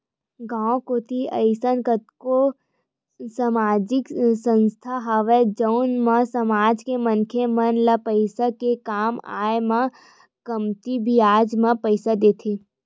गाँव कोती अइसन कतको समाजिक संस्था हवय जउन मन समाज के मनखे मन ल पइसा के काम आय म कमती बियाज म पइसा देथे